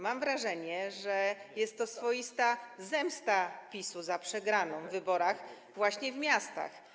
Mam wrażenie, że jest to swoista zemsta PiS-u za przegraną w wyborach, właśnie w miastach.